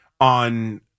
on